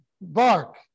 bark